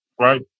right